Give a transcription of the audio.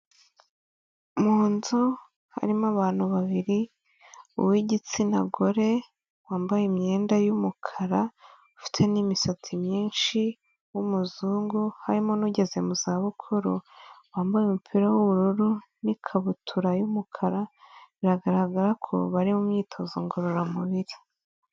Mu nzu harimo abantu babiri uw'igitsina gore wambaye imyenda y,umukara ufite n'imisatsi myinshi w'umuzungu, harimo n'ugeze mu za bukuru wambaye umupira w'ubururu n'ikabutura y'umukara, biragaragara ko bari mu myitozo ngororamubiri.